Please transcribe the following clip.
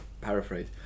paraphrase